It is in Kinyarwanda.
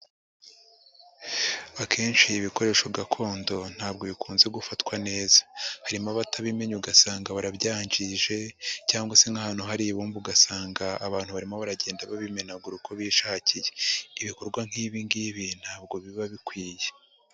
Akenshi ibikoresho gakondo ntabwo bikunze gufatwa neza, harimo abatabimenya ugasanga barabyangije cyangwa se nk'ahantu hari ibumba ugasanga abantu barimo baragenda babimenagura uko bishakiye, ibikorwa nk'ibi ngibi ntabwo biba bikwiye.